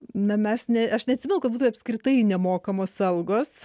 na mes ne aš neatsimenu kad būtų apskritai nemokamos algos